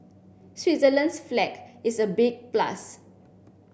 Switzerland's flag is a big plus